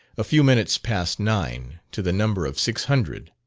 a few minutes past nine, to the number of six hundred.